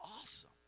awesome